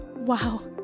Wow